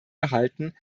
behalten